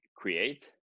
Create